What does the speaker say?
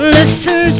listen